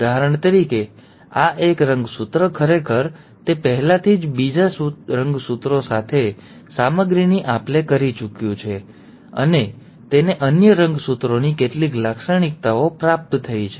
ઉદાહરણ તરીકે આ એક રંગસૂત્ર ખરેખર છે તે પહેલાથી જ બીજા રંગસૂત્રો સાથે સામગ્રીની આપ લે કરી ચૂક્યું છે અને તેને અન્ય રંગસૂત્રોની કેટલીક લાક્ષણિકતાઓ પ્રાપ્ત થઈ છે